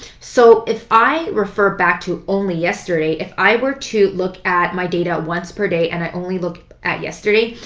so if i refer back to only yesterday, if i were to look at my data once per day and i only look at yesterday,